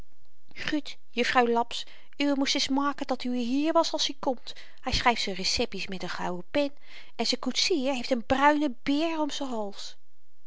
gut jufvrouw laps uwe moest eens maken dat uwe hier was als i komt hy schryft z'n receppies met n gouwe pen en z'n koetsier heeft een bruine beer om z'n hals